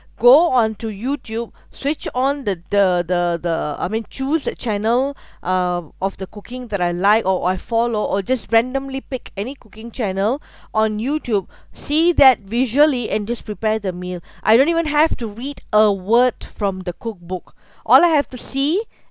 go onto youtube switch on the the the the I mean choose the channel uh of the cooking that I like or I follow or just randomly pick any cooking channel on youtube see that visually and just prepare the meal I don't even have to read a word from the cookbook all I have to see